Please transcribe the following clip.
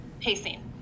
pacing